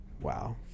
Wow